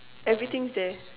everything's there